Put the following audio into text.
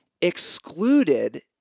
excluded